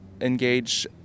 engage